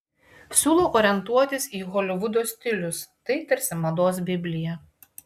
siūlau orientuotis į holivudo stilius tai tarsi mados biblija